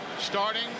starting